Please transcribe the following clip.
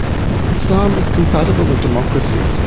islam is compatible with democracy.